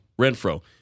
Renfro